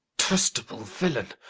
detestable villain!